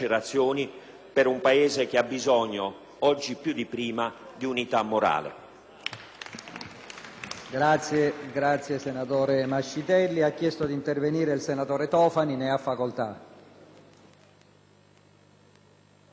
per un Paese che ha bisogno, oggi più di prima, di unità morale.